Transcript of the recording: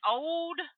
old